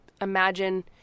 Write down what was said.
imagine